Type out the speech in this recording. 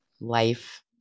life